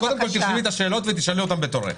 את קודם כל תרשמי את השאלות ותשאלו אותן בתורך.